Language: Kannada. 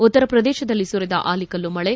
ಉತ್ತರ ಪ್ರದೇಶದಲ್ಲಿ ಸುರಿದ ಆಲಿಕಲ್ಲು ಮಳೆ